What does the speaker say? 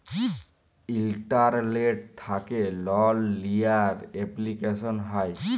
ইলটারলেট্ থ্যাকে লল লিয়ার এপলিকেশল হ্যয়